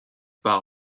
par